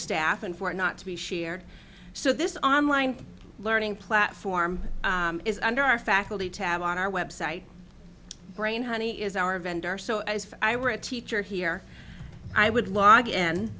staff and for not to be shared so this online learning platform is under our faculty tab on our website brain honey is our vendor so as if i were a teacher here i would log in